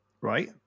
Right